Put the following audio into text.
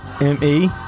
M-E